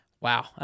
Wow